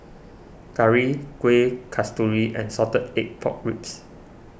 Curry Kueh Kasturi and Salted Egg Pork Ribs